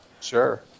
Sure